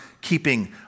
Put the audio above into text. keeping